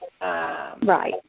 Right